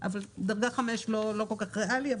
בדרגה 5 זה לא כל כך ריאלי,